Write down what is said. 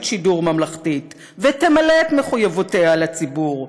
שידור ממלכתית ותמלא את מחויבויותיה לציבור.